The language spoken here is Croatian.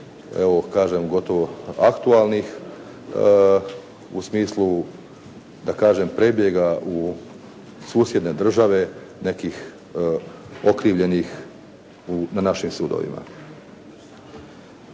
evo kažem gotovo aktualnih u smislu, da kažem prebjega u susjedne države, nekih okrivljenih na našim sudovima.